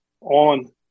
on